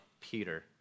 Peter